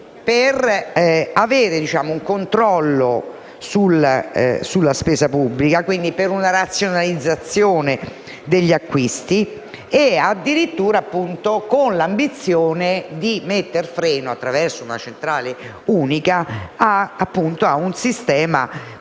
per effettuare un controllo sulla spesa pubblica e, quindi, per una razionalizzazione degli acquisti, addirittura con l'ambizione di mettere un freno, grazie a una centrale unica, a un sistema troppo